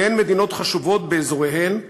שתיהן מדינות חשובות באזוריהן,